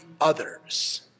Others